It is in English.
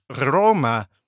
Roma